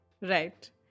right